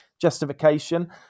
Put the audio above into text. justification